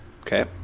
Okay